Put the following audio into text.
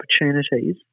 opportunities